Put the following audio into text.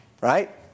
Right